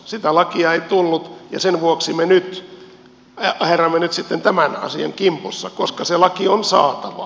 sitä lakia ei tullut ja sen vuoksi me nyt aherramme sitten tämän asian kimpussa koska se laki on saatava